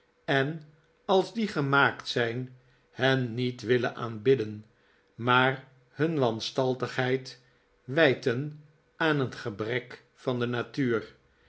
en als die gemaakt zijn hen niet willen aanbidden maar hun wanstaltigheid wijten aan een gebrek van de natuur